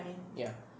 ya